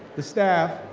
the staff,